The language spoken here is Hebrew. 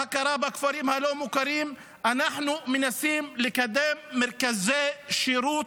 עד שתהיה הכרה בכפרים הלא-מוכרים אנחנו מנסים לקדם מרכזי שירות,